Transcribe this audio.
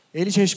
Eles